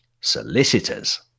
solicitors